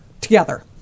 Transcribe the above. together